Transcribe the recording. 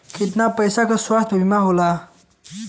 कितना पैसे का स्वास्थ्य बीमा होला?